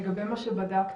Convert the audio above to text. לגבי מה שבדקתם,